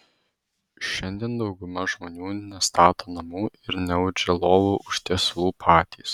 šiandien dauguma žmonių nestato namų ir neaudžia lovų užtiesalų patys